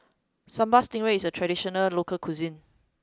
sambal stingray is a traditional local cuisine